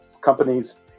companies